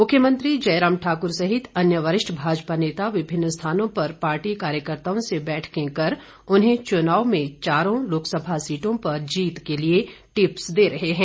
मुख्यमंत्री जयराम ठाक्र सहित अन्य वरिष्ठ भाजपा नेता विभिन्न स्थानों पर पार्टी कार्यकर्ताओं से बैठकें कर उन्हें चुनाव में चारों लोकसभा सीटों पर जीत के लिए टिप्स दे रहे हैं